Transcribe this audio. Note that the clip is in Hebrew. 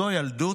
זאת ילדות?